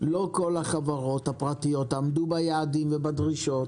לא כל החברות הפרטיות עמדו ביעדים ובדרישות